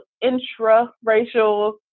intra-racial